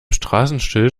straßenschild